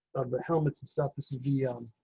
of the helmets and stuff. this is the on